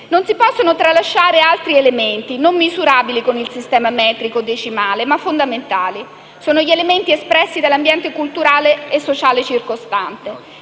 non si possono tralasciare altri elementi non misurabili con il sistema metrico decimale, ma fondamentali. Penso agli elementi espressi dall'ambiente culturale e sociale circostante: